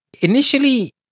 initially